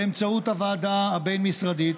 באמצעות הוועדה הבין-משרדית,